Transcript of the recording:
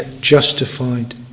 justified